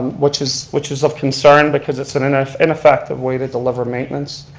which is which is of concern because it's an an ineffective way to deliver maintenance.